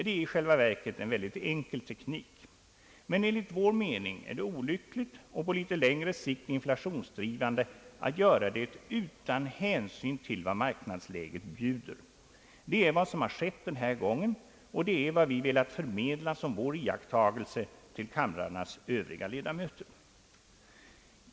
Det är en väldigt enkel teknik, men enligt vår mening är det olyckligt och på litet längre sikt inflationsdrivande att göra det utan hänsyn till vad marknadsläget bjuder. Det är vad som har skett den här gången, och det är vad vi velat förmedla som vår iakttagelse till kamrarnas Övriga ledamöter.